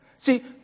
See